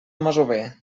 masover